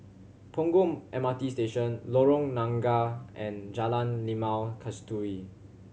Punggol M R T Station Lorong Nangka and Jalan Limau Kasturi